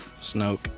Snoke